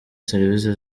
serivisi